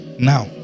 Now